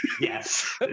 Yes